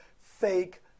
fake